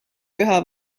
püha